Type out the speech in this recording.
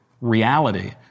reality